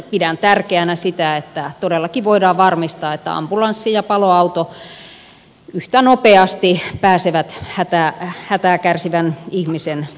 pidän tärkeänä sitä että todellakin voidaan varmistaa että ambulanssi ja paloauto yhtä nopeasti pääsevät hätää kärsivän ihmisen luo